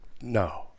No